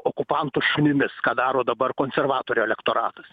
okupantų šunimis ką daro dabar konservatorių elektoratas